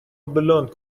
بلوند